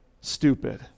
stupid